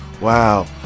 Wow